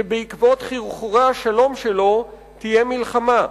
שבעקבות חרחורי השלום שלו תהיה מלחמה.